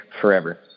forever